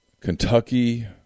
Kentucky